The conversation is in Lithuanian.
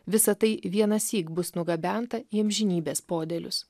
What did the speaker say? visa tai vienąsyk bus nugabenta į amžinybės podėlius